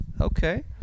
Okay